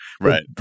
Right